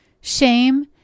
shame